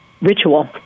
ritual